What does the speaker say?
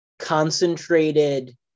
Concentrated